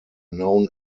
known